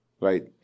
Right